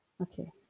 Okay